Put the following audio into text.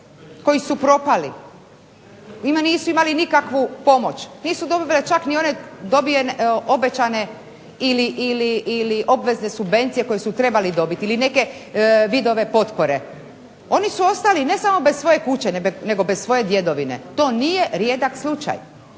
koji su propali. Nisu imali nikakvu pomoć, nisu dobili čak obećane ili obvezne subvencije koje su trebali dobiti ili neke vidove potpore, oni su ostali ne samo bez svoje kuće nego bez svoje djedovine, to nije rijedak slučaj